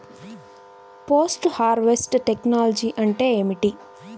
Post harvest technology అంటే ఏమిటి?